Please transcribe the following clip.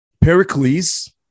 Pericles